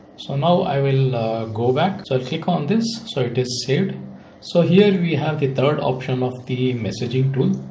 so now i will go back so i think on this so it is saved so here we have the third option of the messaging tool.